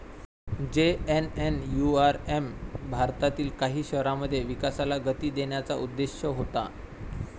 JNNURM भारतातील काही शहरांमध्ये विकासाला गती देण्याचा उद्देश होता